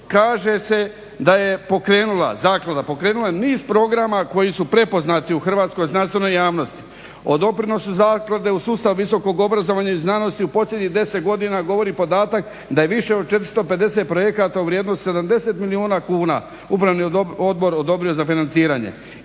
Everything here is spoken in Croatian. zaklada, pokrenula je niz programa koji su prepoznati u hrvatskoj znanstvenoj javnosti. O doprinosu zaklade u sustav visokog obrazovanja i znanosti u posljednjih 10 godina govori podatak da je više od 450 projekata u vrijednosti 70 milijuna kuna upravni odbor odobrio za financiranje.